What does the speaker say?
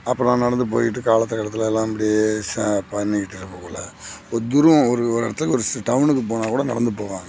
அப்புறம் நடந்து போய்விட்டு காலத்து காலத்துல எல்லாம் அப்படியே ச பண்ணிகிட்டு இருக்ககுள்ளே ஒரு துருவம் ஒரு ஒரு இடத்துக்கு ஒரு சி டவுனுக்கு போனாக்கூட நடந்து போவாங்க